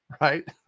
right